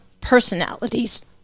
personalities